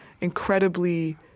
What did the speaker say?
incredibly